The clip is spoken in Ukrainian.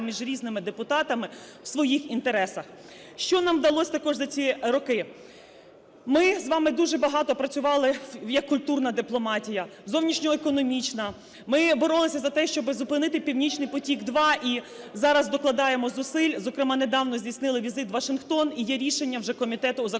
між різними депутатами, в своїх інтересах. Що нам вдалось також за ці роки. Ми з вами дуже багато працювали як культурна дипломатія, зовнішньоекономічна. Ми боролися за те, щоби зупинити "Північний потік-2" і зараз докладаємо зусиль. Зокрема, недавно здійснили візит в Вашингтон, і є рішення вже Комітету у закордонних